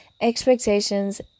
expectations